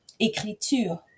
écriture